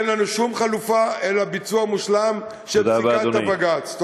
אין לנו שום חלופה אלא ביצוע מושלם של פסיקת הבג"ץ.